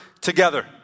Together